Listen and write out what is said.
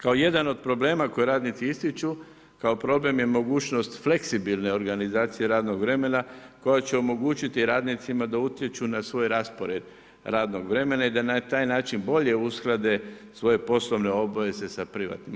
Kao jedan od problema koji radnici ističu kao problem je mogućnost fleksibilne organizacije radnog vremena koja će omogućiti radnicima na svoj raspored radnog vremena i da na taj način bolje usklade svoje poslovne obaveze sa privatnima.